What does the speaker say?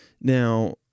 Now